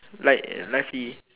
like